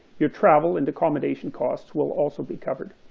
your travel and accommodation costs will also be covered.